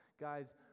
guys